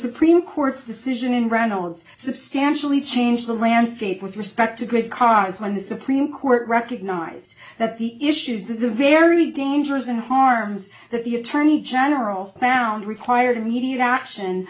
supreme court's decision in reynolds substantially change the landscape with respect to a great cause when the supreme court recognized that the issues that the very dangerous and harms that the attorney general found required needed action